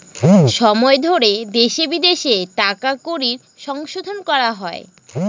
সময় ধরে দেশে বিদেশে টাকা কড়ির সংশোধন করা হয়